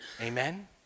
Amen